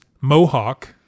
Mohawk